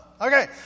Okay